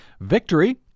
victory